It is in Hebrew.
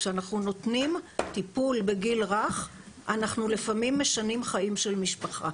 כשאנחנו נותנים טיפול בגיל הרך אנחנו לפעמים משנים חיים של משפחה,